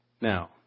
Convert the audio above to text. now